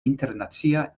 internacia